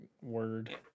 word